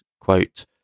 quote